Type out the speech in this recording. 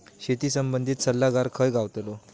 शेती संबंधित सल्लागार खय गावतलो?